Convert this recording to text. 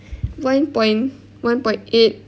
one point one point eight